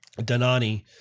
Danani